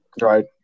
Right